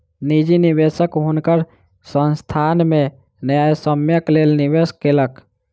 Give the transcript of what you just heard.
निजी निवेशक हुनकर संस्थान में न्यायसम्यक लेल निवेश केलक